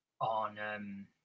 on